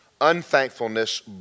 Unthankfulness